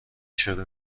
شروع